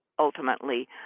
ultimately